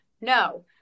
No